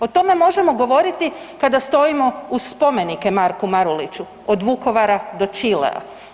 O tome možemo govoriti kada stojimo uz spomenike Marku Maruliću od Vukovara do Čilea.